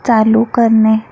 चालू करणे